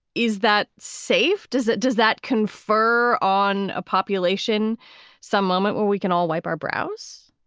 is that safe? does it does that confer on a population some moment where we can all wipe our brows?